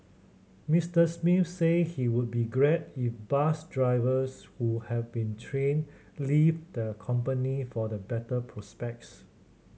Mister Smith say he would be glad if bus drivers who have been trained leave the company for the better prospects